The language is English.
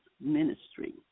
ministry